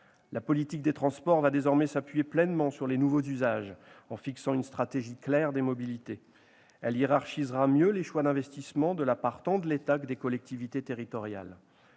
La politique des transports va désormais s'appuyer pleinement sur les nouveaux usages, en fixant une stratégie claire des mobilités. Elle hiérarchisera mieux les choix d'investissement de la part tant de l'État que des collectivités territoriales.